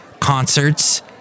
concerts